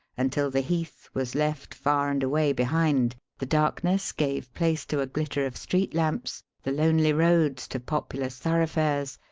until the heath was left far and away behind, the darkness gave place to a glitter of street lamps, the lonely roads to populous thoroughfares,